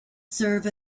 serve